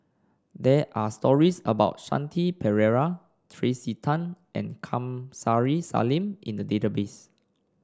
they are stories about Shanti Pereira Tracey Tan and Kamsari Salam in the database